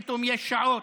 פתאום יש שעות.